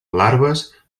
larves